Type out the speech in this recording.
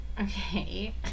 Okay